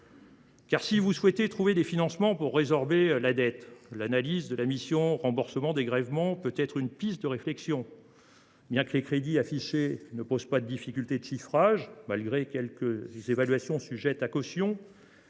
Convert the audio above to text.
Si vous souhaitez trouver des financements pour résorber la dette, l’analyse de la mission « Remboursements et dégrèvements » peut être une piste de réflexion. Bien que les crédits affichés ne posent pas de difficulté de chiffrage – quelques évaluations restent néanmoins